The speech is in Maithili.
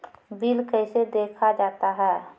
बिल कैसे देखा जाता हैं?